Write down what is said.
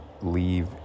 leave